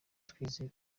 twizeye